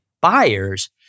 buyers